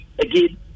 again